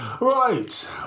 right